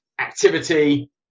activity